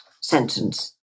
sentence